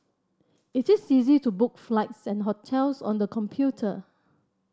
it is easy to book flights and hotels on the computer